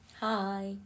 Hi